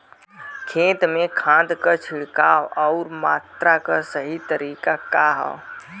खेत में खाद क छिड़काव अउर मात्रा क सही तरीका का ह?